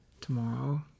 tomorrow